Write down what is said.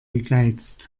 gegeizt